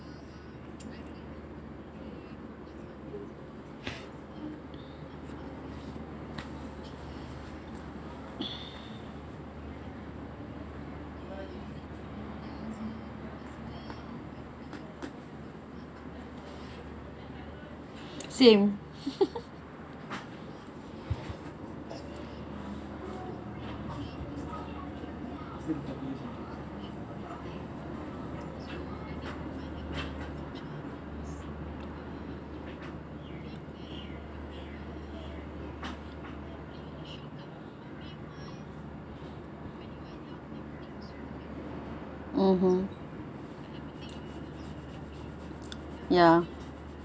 same (uh huh) ya